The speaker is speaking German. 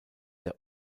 der